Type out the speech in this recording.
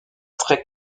très